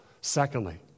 Secondly